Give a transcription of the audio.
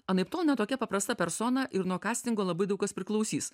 anaiptol ne tokia paprasta persona ir nuo kastingo labai daug kas priklausys